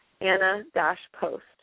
Anna-post